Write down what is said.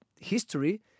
history